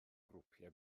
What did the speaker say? grwpiau